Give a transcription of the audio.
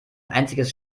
einziges